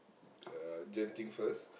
uh Genting first